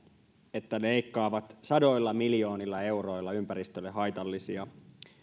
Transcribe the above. että leikkaavat sadoilla miljoonilla euroilla ympäristölle haitallisia